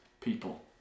people